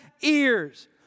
ears